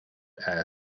air